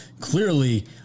clearly